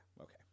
Okay